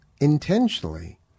intentionally